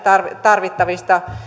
tarvittavista